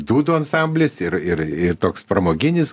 dūdų ansamblis ir ir ir toks pramoginis